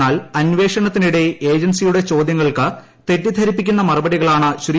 എന്നാൽ അന്വേഷണത്തിനിടെ ഏജൻസിയുടെ ചോദ്യങ്ങൾക്ക് തെറ്റിദ്ധരിപ്പിക്കുന്ന മറുപടികളാണ് ശ്രീ